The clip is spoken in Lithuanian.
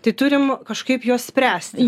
tai turim kažkaip juos spręsti